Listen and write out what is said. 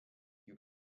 you